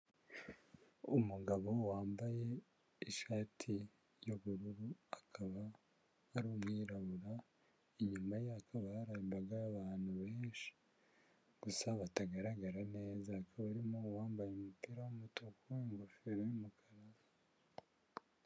Umugabo wambaye ishati y'ubururu akaba ari umwirabura. Inyuma ye hakaba hari imbaga y'abantu benshi, gusa batagaragara neza hakaba harimo uwambaye umupira w'umutuku n'ingofero y'umukara.